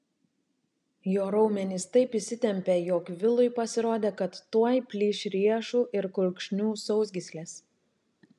jo raumenys taip įsitempė jog vilui pasirodė kad tuoj plyš riešų ir kulkšnių sausgyslės